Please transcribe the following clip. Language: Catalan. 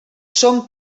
són